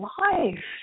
life